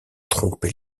tromper